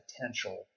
potential